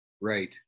Right